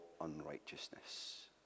unrighteousness